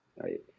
right